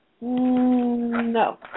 No